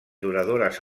duradores